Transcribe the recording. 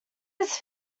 his